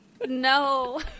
No